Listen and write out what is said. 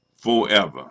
forever